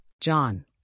John